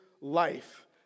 life